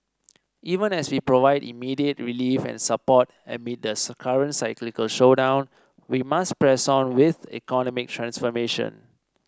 even as we provide immediate relief and support amid the current cyclical slowdown we must press on with economic transformation